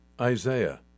Isaiah